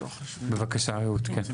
בבקשה רעות, כן.